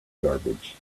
garbage